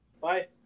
Bye